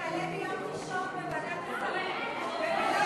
שתעלה ביום ראשון בוועדת השרים, יעל,